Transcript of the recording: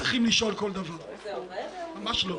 עכשיו,